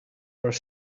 were